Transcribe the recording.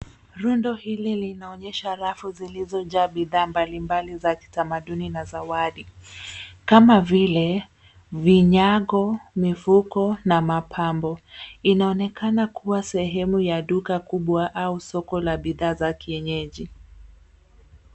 Rundo hili linaonyesha rafu zilizojaa bidhaa mbali mbali za kitamaduni na zawadi, kama vile: vinyago, mifuko na mapambo. Inaonekana kuwa sehemu ya duka kubwa au soko la bidhaa za kienyeji.